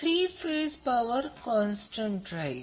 three phase power constant राहील